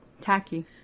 Tacky